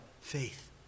Faith